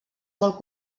molt